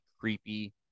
creepy